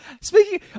speaking